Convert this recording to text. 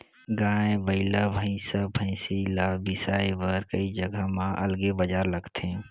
गाय, बइला, भइसा, भइसी ल बिसाए बर कइ जघा म अलगे बजार लगथे